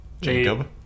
Jacob